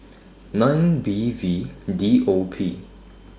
nine B V D O P